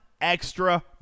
extra